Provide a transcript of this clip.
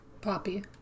Poppy